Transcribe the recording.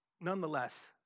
nonetheless